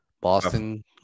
boston